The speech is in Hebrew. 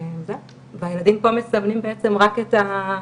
והילדים פה מסמנים רק את,